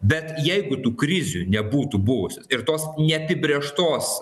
bet jeigu tų krizių nebūtų buvusios ir tos neapibrėžtos